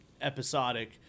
episodic